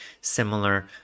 similar